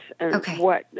Okay